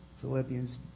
Philippians